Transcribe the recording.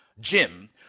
Jim